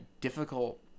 difficult